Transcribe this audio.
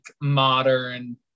modern